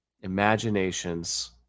imaginations